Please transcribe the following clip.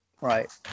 right